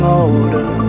older